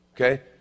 Okay